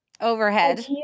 Overhead